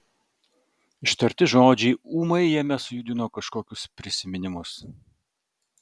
ištarti žodžiai ūmai jame sujudino kažkokius prisiminimus